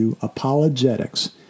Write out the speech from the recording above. Apologetics